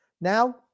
Now